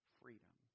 freedom